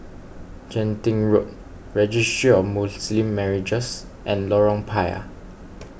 Genting Road Registry of Muslim Marriages and Lorong Payah